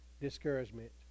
discouragement